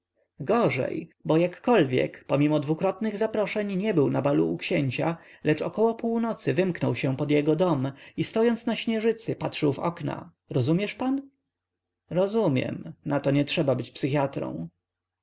gorzej bo jakkolwiek pomimo dwukrotnych zaproszeń nie był na balu u księcia lecz około północy wymknął się pod jego dom i stojąc na śnieżycy patrzył w okna rozumiesz pan rozumiem na to nietrzeba być psychiatrą